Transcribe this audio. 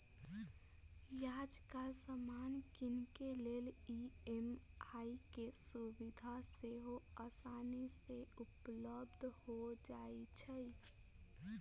याजकाल समान किनेके लेल ई.एम.आई के सुभिधा सेहो असानी से उपलब्ध हो जाइ छइ